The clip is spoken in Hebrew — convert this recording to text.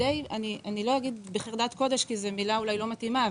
אני לא אגיד בחרדת קודש כי אולי זו מילה לא מתאימה,